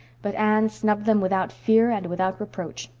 but anne snubbed them without fear and without reproach.